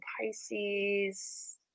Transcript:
Pisces